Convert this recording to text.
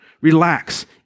Relax